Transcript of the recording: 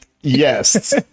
Yes